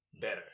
better